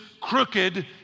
crooked